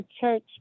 church